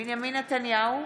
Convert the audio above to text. בנימין נתניהו,